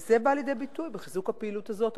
זה בא לידי ביטוי בחיזוק הפעילות הזאת,